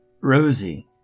Rosie